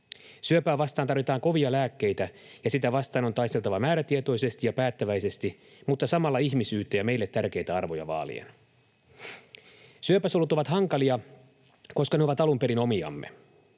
Syöpää vastaan tarvitaan kovia lääkkeitä, ja sitä vastaan on taisteltava määrätietoisesti ja päättäväisesti mutta samalla ihmisyyttä ja meille tärkeitä arvoja vaalien. Syöpäsolut ovat hankalia, koska ne ovat alun perin omiamme.